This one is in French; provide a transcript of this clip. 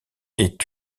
est